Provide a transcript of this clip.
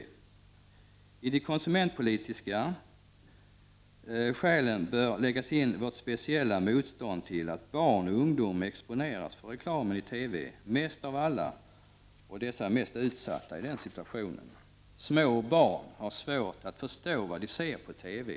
Till de konsumentpolitiska skälen bör läggas vårt speciella motstånd mot att barn och ungdom exponeras för reklamen i TV mest av alla och att dessa är mest utsatta i den situationen. Små barn har svårt att förstå vad de ser på TV.